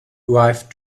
arrived